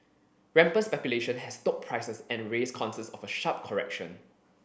rampant speculation has stoked prices and raised concerns of a sharp correction